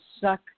suck